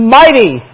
mighty